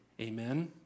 Amen